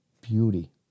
Beauty